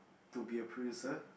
to be a producer